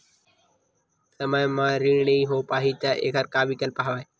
समय म ऋण नइ हो पाहि त एखर का विकल्प हवय?